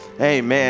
amen